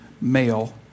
male